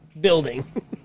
building